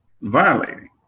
violating